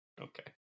Okay